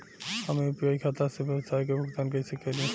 हम यू.पी.आई खाता से व्यावसाय के भुगतान कइसे करि?